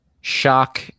shock